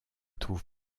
trouve